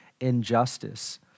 injustice